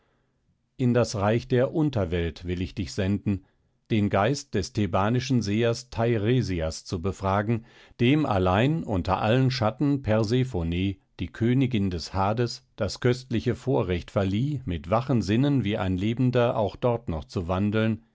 in das reich der unterwelt will ich dich senden den geist des thebanischen sehers teiresias zu befragen dem allein unter allen schatten persephone die königin des hades das köstliche vorrecht verlieh mit wachen sinnen wie ein lebender auch dort noch zu wandeln